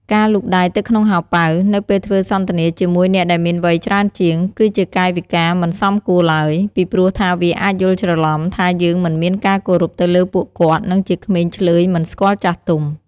ការលូកដៃទៅក្នុងហោប៉ៅ នៅពេលធ្វើសន្ទនាជាមួយអ្នកដែលមានវ័យច្រើនជាង គឺជាកាយវិការមិនសមគួរឡើយ ពីព្រោះថាវាអាចយល់ច្រឡំ ថាយើងមិនមានការគោរពទៅលើពួកគាត់ និងជាក្មេងឈ្លើយមិនស្គាល់ចាស់ទុំ។